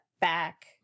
back